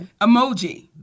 Emoji